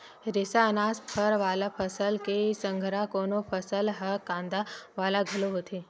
रेसा, अनाज, फर वाला फसल के संघरा कोनो फसल ह कांदा वाला घलो होथे